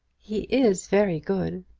he is very good.